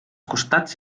costats